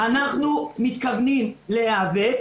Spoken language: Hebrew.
אנחנו מתכוונים להיאבק